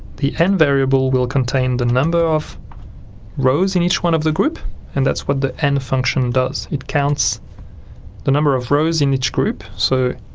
the n variable will contain the number of rows in each one of the group and that's what the n function does, it counts the number of rows in each group, so